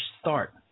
start